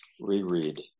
reread